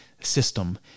system